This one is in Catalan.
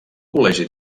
col·legi